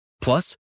plus